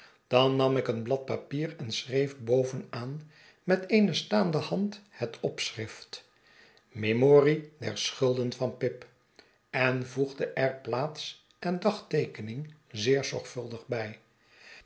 han nam ik een blad papier en schreef bovenaan met eene staande hand het opschrift memorie der schulden van pip en voegde er plaats en dagteekening zeer zorgvuldig bij